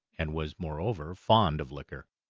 and was, moreover, fond of liquor.